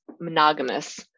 monogamous